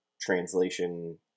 translation